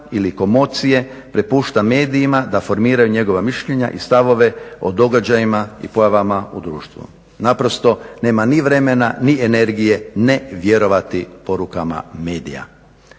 ili komocije prepušta medijima da formiraju njegova mišljenja i stavove o događajima i pojavama u društvu. Naprosto nema ni vremena ni energije ne vjerovati porukama medija